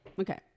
Okay